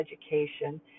education